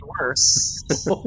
worse